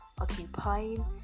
occupying